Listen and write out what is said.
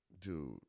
dude